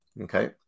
okay